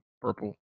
Purple